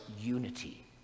unity